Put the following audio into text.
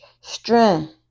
strength